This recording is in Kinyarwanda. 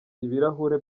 ibirahure